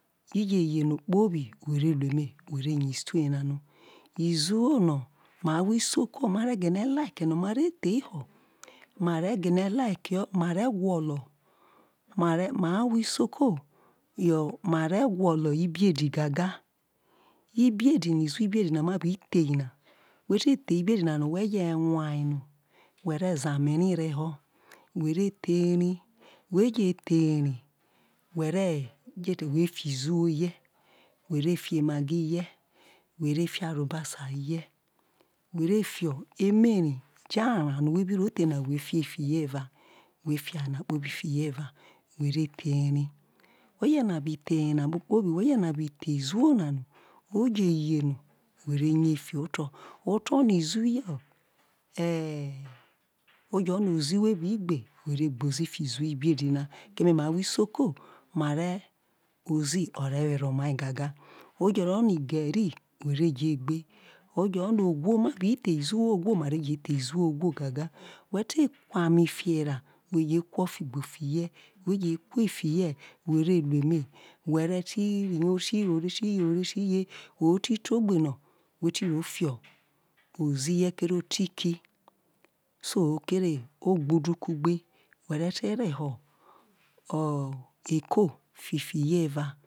i je ye no kpobi we ve ru eme who ve ye isti ye na no izo no̱ ma ahwo isoko ma re gine̱ like ma re gwolo ma ma awho isoko yo ma re gwolo ibedi gaga ibedi na no we je nwano we re za ame ri reho who re the ri who je the ri no whe re je te who re fi izo rie who re fi emagi hie who re fi arobasa hie who re fi emeri ja areo who bi ro the na who ve ife fi hie evoo who ve the ri who fe nabe the izo na who ve ye fiho otio̱ o fe ro no ozi who bi gbe who who veerigbe ozi fiho izo ibedi na keme ma ahwo isoko ozi o re were omai gaga oje rro no igari who ve je gbe ofe ro no izo ahwo ma bi the izo ahwo gaga who te kwa ame fiho erra who re kwo ofigbo fihe whoje who fihe who re lu eme oretiyeretiyeretiye o re ti te egbe no who ti fi ozi hie ore ti tiki so ke re ogbudukugbe who re te reho o̱o̱ eko fifi rie̱ evao̱